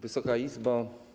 Wysoka Izbo!